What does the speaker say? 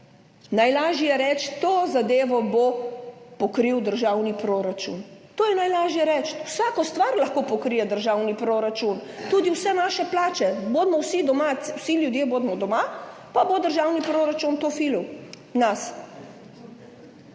Najlažje je reči, to zadevo bo pokril državni proračun. To je najlažje reči. Vsako stvar lahko pokrije državni proračun, tudi vse naše plače, bodimo vsi doma, vsi ljudje bodimo doma, pa nas bo državni proračun filal,